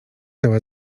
dała